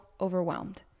overwhelmed